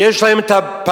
יש להם הפרשים,